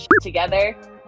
together